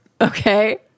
Okay